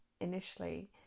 initially